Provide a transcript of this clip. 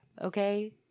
okay